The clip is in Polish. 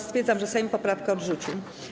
Stwierdzam, że Sejm poprawkę odrzucił.